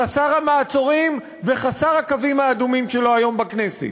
חסר המעצורים וחסר הקווים האדומים שלו היום בכנסת.